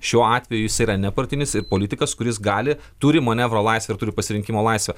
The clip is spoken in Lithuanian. šiuo atveju jisai yra nepartinis ir politikas kuris gali turi manevro laisvę ir turi pasirinkimo laisvę